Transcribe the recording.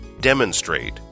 Demonstrate